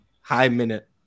high-minute